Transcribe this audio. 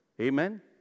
Amen